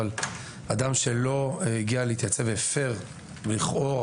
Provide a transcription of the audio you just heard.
אדם שלא הגיע להתייצב והפר לכאורה